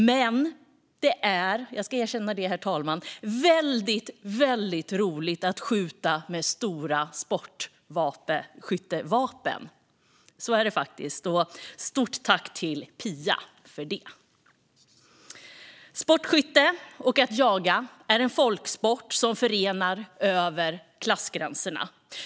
Men jag ska erkänna, fru talman, att det är väldigt roligt att skjuta med stora sportskyttevapen. Så är det faktiskt. Ett stort tack till Pia för det! Sportskytte och jakt är en folksport som förenar över klassgränserna.